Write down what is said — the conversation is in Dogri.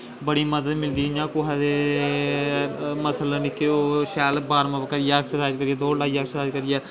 बड़ी मदद मिलदी इ'यां कुसै दे मसल निक्के होग शैल बार्मअप करियै ऐक्सरसाईज़ करियै दौड़ लाइयै ऐक्सरसाईज़ करियै